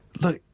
Look